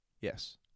Yes